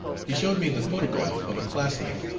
he showed me the photograph of a classmate,